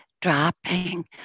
dropping